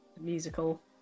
musical